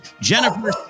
Jennifer